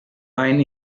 line